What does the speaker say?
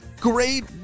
Great